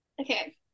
Okay